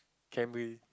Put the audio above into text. Camry